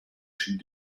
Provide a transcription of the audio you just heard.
she